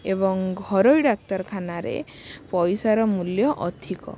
ଏବଂ ଘରୋଇ ଡାକ୍ତରଖାନାରେ ପଇସାର ମୂଲ୍ୟ ଅଧିକ